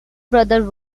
brother